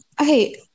Okay